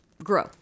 grow